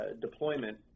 deployment